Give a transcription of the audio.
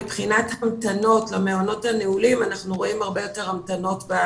מבחינת מספר קציני המבחן דוברי ערבית ואני מדברת על